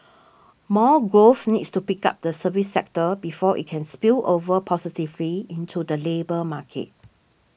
more growth needs to pick up the services sector before it can spill over positively into the labour market